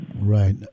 Right